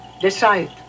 decide